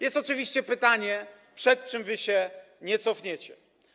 Jest oczywiście pytanie, przed czym się nie cofniecie.